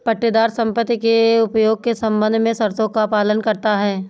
पट्टेदार संपत्ति के उपयोग के संबंध में शर्तों का पालन करता हैं